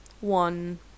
one